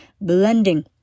blending